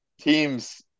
teams